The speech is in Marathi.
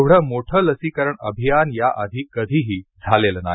एवढ मोठं लसीकरण अभियान या आधी कधीही झालेलं नाही